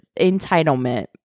entitlement